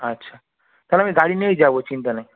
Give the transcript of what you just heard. আচ্ছা তাহলে আমি গাড়ি নিয়েই যাবো চিন্তা নেই